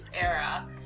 era